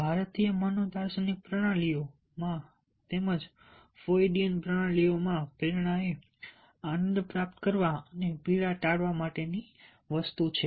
ભારતીય મનો દાર્શનિક પ્રણાલીઓ માં તેમજ ફ્રોઈડિયન પ્રણાલીઓ માં પ્રેરણા એ આનંદ પ્રાપ્ત કરવા અને પીડાને ટાળવા માટેની વસ્તુ છે